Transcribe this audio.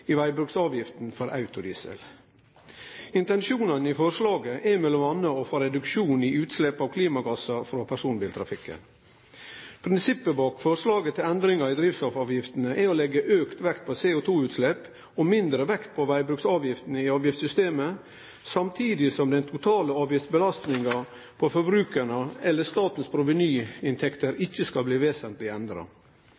NOx-komponent i veibruksavgiften for autodiesel». Intensjonane i forslaget er m.a. å få reduksjonar i utslepp av klimagassar frå personbiltrafikken. Prinsippet bak forslaget til endringar i drivstoffavgiftene er å leggje auka vekt på CO2-utslepp og mindre vekt på vegbruksavgifta i avgiftssystemet, samtidig som den totale avgiftsbelastninga på forbrukarane eller statens